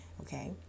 okay